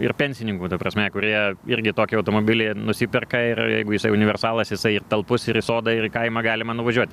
ir pensininkų ta prasme kurie irgi tokį automobilį nusiperka ir jeigu jisai universalas jisai ir talpus ir į sodą ir kaimą galima nuvažiuoti